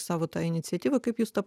savo tą iniciatyvą kaip jūs tą